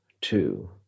Two